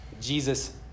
Jesus